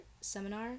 seminar